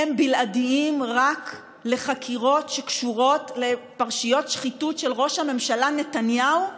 הם בלעדיים רק לחקירות שקשורות לפרשיות שחיתות של ראש הממשלה נתניהו?